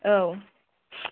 औ